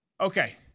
Okay